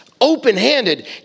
open-handed